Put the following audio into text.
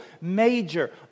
major